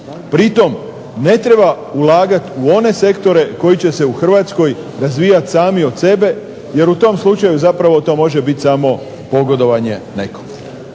Pri tome ne treba ulagati u one sektore koji će se u Hrvatskoj razvijati sami od sebe jer u tom slučaju to može biti samo pogodovanje nekom.